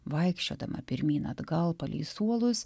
vaikščiodama pirmyn atgal palei suolus